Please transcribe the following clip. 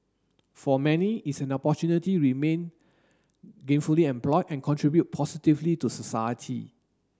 for many it's an opportunity remain gainfully employed and contribute positively to society